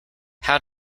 how